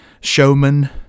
showman